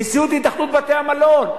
נשיאות התאחדות בתי-המלון,